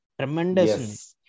Tremendous